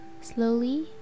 Slowly